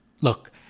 Look